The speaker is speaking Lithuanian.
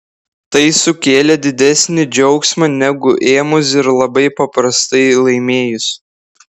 tai sukėlė didesnį džiaugsmą negu ėmus ir labai paprastai laimėjus